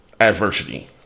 adversity